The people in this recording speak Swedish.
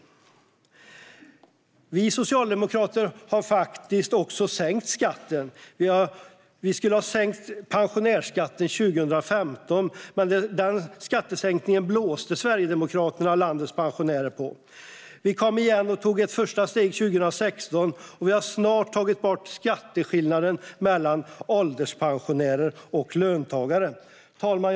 Vi socialdemokrater har faktiskt också sänkt skatten. Vi skulle ha sänkt pensionärsskatten 2015, men den skattesänkningen blåste Sverigedemokraterna landets pensionärer på. Vi kom igen och tog ett första steg 2016, och vi har snart tagit bort skatteskillnaden mellan ålderspensionärer och löntagare. Fru talman!